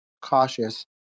Cautious